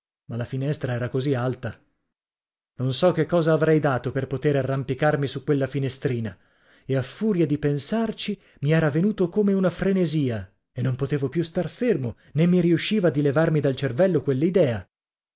ma la finestra era così alta non so che cosa avrei dato per potere arrampicarmi su quella finestrino e a furia di pensarci mi era venuto come una frenesia e non potevo più star fermo né mi riusciva di levarmi dal cervello